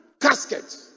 casket